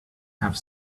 have